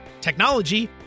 technology